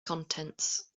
contents